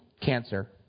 cancer